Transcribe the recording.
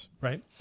Right